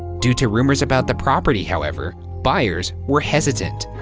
due to rumors about the property however, buyers were hesitant.